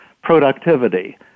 productivity